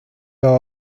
los